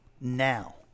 now